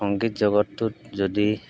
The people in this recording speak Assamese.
সংগীত জগতটোত যদি